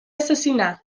assassinar